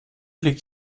liegt